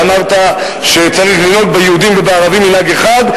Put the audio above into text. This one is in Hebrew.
ואמרת שצריך לנהוג ביהודים ובערבים מנהג אחד,